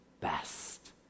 best